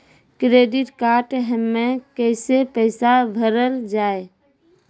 Credit card हम्मे कैसे पैसा भरल जाए?